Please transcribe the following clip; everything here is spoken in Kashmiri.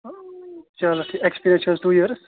چَلو ٹھیٖک ایٚکسپیٖرِیَنس چھِ حظ ٹُو یِیَٲرٕس